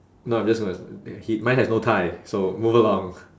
no I'm just gonna they he mine has no tie so move along